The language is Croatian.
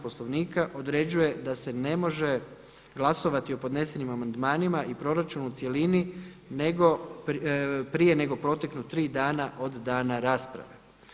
Poslovnika određuje da se ne može glasovati o podnesenim amandmanima i proračunu u cjelini prije nego proteknu tri dana od dana rasprave.